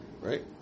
right